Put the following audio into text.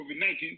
COVID-19